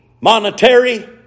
monetary